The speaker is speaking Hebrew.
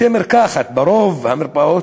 אין בתי-מרקחת ברוב המרפאות.